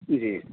जी